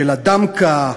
של הדמקה,